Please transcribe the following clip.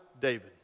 David